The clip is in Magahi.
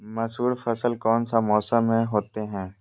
मसूर फसल कौन सा मौसम में होते हैं?